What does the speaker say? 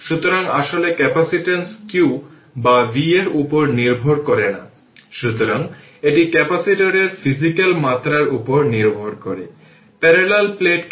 সুতরাং এই ক্ষেত্রে r c হল 10 থেকে পাওয়ার 6 যেটি ফ্যারাড 1 মাইক্রো ফ্যারাড তাই 10 থেকে পাওয়ার 6 ফ্যারাড 10 10 পাওয়ার 6